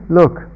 look